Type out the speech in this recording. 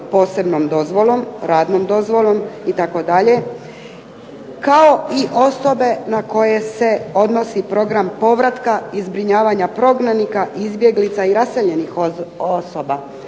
posebnom dozvolom, radnom dozvolom, itd., kao i osobe na koje se odnosi program povratka i zbrinjavanja prognanika, izbjeglica i raseljenih osoba,